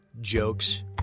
jokes